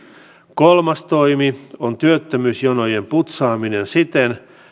kolmas toimi on työttömyysjonojen putsaaminen siten